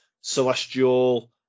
celestial